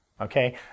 Okay